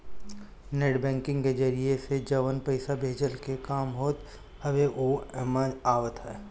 net banking के जरिया से जवन पईसा भेजला के काम होत हवे उ एमे आवत हवे